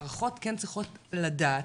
מערכות כן צריכות לדעת,